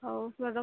ହଉ ପ୍ରଡ଼କ୍ଟ